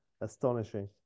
astonishing